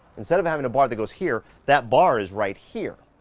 instead of having a bar that goes here, that bar is right here.